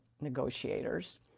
negotiators